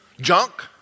junk